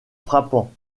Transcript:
frappant